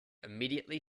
immediately